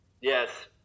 yes